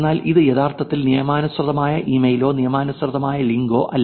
എന്നാൽ ഇത് യഥാർത്ഥത്തിൽ നിയമാനുസൃതമായ ഇമെയിലോ നിയമാനുസൃത ലിങ്കോ അല്ല